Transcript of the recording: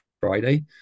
Friday